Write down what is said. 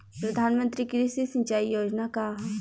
प्रधानमंत्री कृषि सिंचाई योजना का ह?